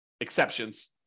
exceptions